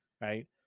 right